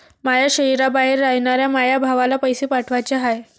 माया शैहराबाहेर रायनाऱ्या माया भावाला पैसे पाठवाचे हाय